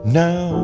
now